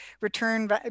return